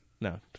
No